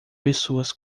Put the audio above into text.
pessoas